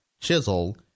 chisel